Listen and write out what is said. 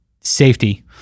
safety